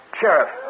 Sheriff